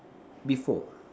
before